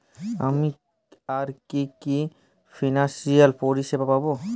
আমি আর কি কি ফিনান্সসিয়াল পরিষেবা পাব?